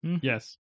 Yes